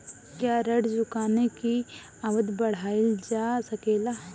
क्या ऋण चुकाने की अवधि बढ़ाईल जा सकेला?